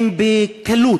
הן בקלות,